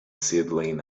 sidling